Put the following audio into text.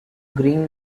green